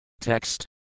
Text